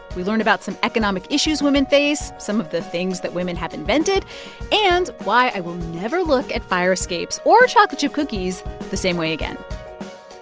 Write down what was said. we learn about some economic issues women face, some of the things that women have invented and why i will never look at fire escapes or chocolate chip cookies the same way again